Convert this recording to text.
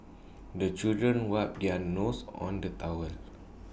the children wipe their noses on the towel